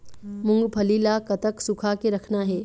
मूंगफली ला कतक सूखा के रखना हे?